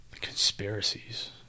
Conspiracies